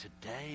today